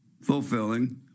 Fulfilling